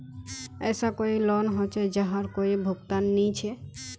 कोई ऐसा लोन होचे जहार कोई भुगतान नी छे?